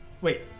Wait